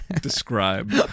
describe